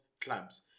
clubs